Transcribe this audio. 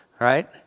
right